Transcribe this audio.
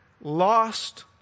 lost